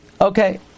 Okay